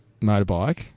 motorbike